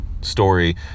story